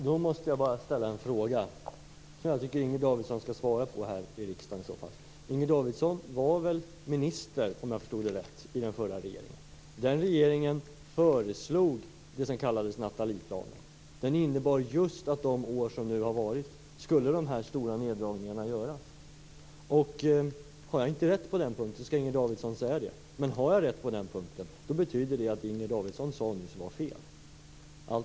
Fru talman! Jag måste då ställa en fråga, som jag tycker att Inger Davidson skall svara på. Inger Davidson var väl, om jag förstod det rätt, minister i den förra regeringen? Den regeringen föreslog det som kallades Nathalieplanen. Den innebar att de stora neddragningarna skulle genomföras just under de år som har varit. Har jag inte rätt på den punkten skall Inger Davidson säga ifrån. Men har jag rätt på den punkten betyder det att allt det som Inger Davidson sade nyss var fel.